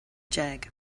déag